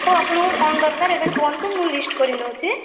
ହଉ ଆପଣଙ୍କୁ କ'ଣ ଦରକାର ଏବେ କୁହନ୍ତୁ ମୁଁ ଲିଷ୍ଟ କରି ନେଉଛି